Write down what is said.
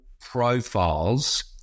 profiles